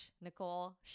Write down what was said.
Nicole